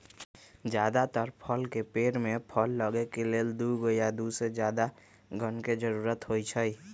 जदातर फल के पेड़ में फल लगे के लेल दुगो या दुगो से जादा गण के जरूरत होई छई